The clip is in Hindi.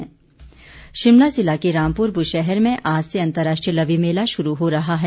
लवी मेला शिमला ज़िला के रामपुर बुशैहर में आज से अंतर्राष्ट्रीय लवी मेला शुरू हो रहा है